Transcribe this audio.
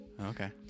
Okay